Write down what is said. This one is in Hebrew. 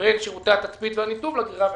בין שירותי התצפית והניתוב לגרירה והקשירה.